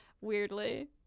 Weirdly